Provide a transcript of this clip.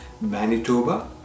manitoba